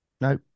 No